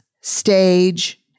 stage